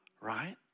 right